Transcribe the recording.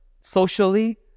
socially